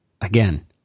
again